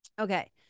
okay